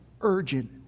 urgent